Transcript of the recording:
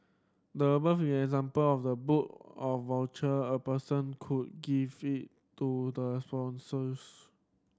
the above is example of the book of voucher a person could give it to the spouses